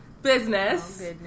Business